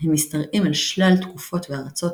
הם משתרעים על שלל תקופות וארצות,